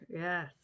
Yes